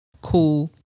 Cool